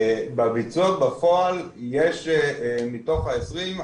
בביצוע בפועל יש מתוך ה-20.